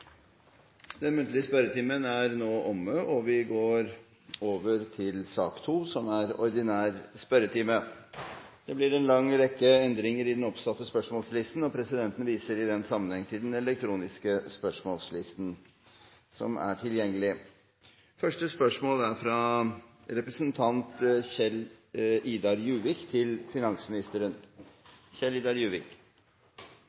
Den muntlige spørretimen er nå omme, og vi går over til ordinær spørretime. Det blir en lang rekke endringer i den oppsatte spørsmålslisten, og presidenten viser i den sammenheng til den elektroniske spørsmålslisten som er gjort tilgjengelig